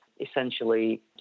essentially